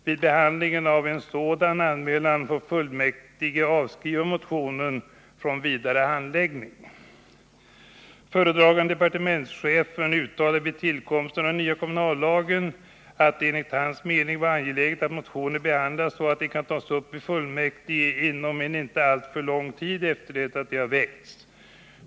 Vid behandlingen av en sådan anmälan får fullmäktige avskriva motionen från vidare handläggning. Föredragande departementschefen uttalade vid tillkomsten av den nya kommunallagen att det enligt hans mening var angeläget att motioner behandlas så att de kan tas upp i fullmäktige inom en inte alltför lång tid efter det att de har väckts.